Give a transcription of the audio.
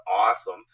awesome